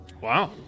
wow